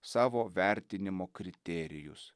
savo vertinimo kriterijus